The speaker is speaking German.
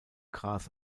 gras